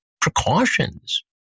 precautions